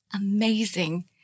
amazing